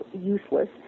useless